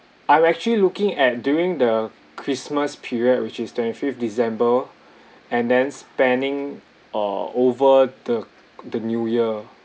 I'm actually looking at during the christmas period which is twenty-fifth december and then spending uh over the the new year